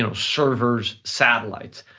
so servers, satellites.